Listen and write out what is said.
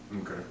Okay